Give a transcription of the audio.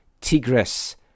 Tigris